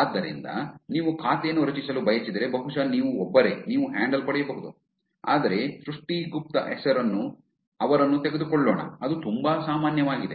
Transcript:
ಆದ್ದರಿಂದ ನೀವು ಖಾತೆಯನ್ನು ರಚಿಸಲು ಬಯಸಿದರೆ ಬಹುಶಃ ನೀವು ಒಬ್ಬರೇ ನೀವು ಹ್ಯಾಂಡಲ್ ಪಡೆಯಬಹುದು ಆದರೆ ಸೃಷ್ಟಿ ಗುಪ್ತಾ ಅವರನ್ನು ತೆಗೆದುಕೊಳ್ಳೋಣ ಅದು ತುಂಬಾ ಸಾಮಾನ್ಯವಾಗಿದೆ